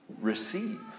receive